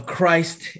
Christ